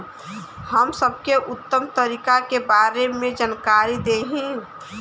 हम सबके उत्तम तरीका के बारे में जानकारी देही?